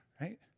Right